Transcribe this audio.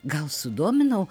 gal sudominau